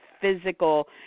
physical